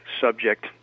subject